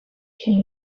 can